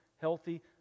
healthy